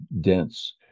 dense